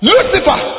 Lucifer